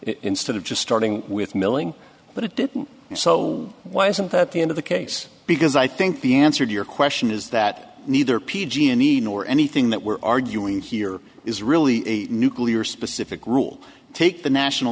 instead of just starting with milling but it didn't so why isn't that the end of the case because i think the answer to your question is that neither p g and e nor anything that we're arguing here is really a nuclear specific rule take the national